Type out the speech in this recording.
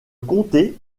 comté